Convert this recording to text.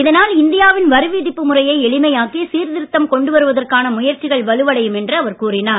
இதனால் இந்தியாவின் வரி விதிப்பு முறையை எளிமையாக்கி சீர்திருத்தம் கொண்டு வருவதற்கான முயற்சிகள் வலுவடையும் என்று அவர் கூறினார்